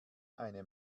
eine